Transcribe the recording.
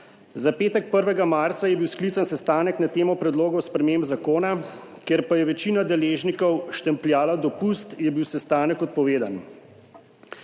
Za petek, 1. marca, je bil sklican sestanek na temo predlogov sprememb zakona, ker pa je večina deležnikov štempljala dopust, je bil sestanek odpovedan.